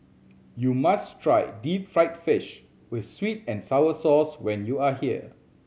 you must try deep fried fish with sweet and sour sauce when you are here